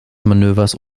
manövers